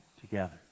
together